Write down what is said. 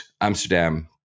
Amsterdam